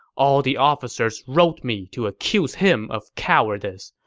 all the officers wrote me to accuse him of cowardice,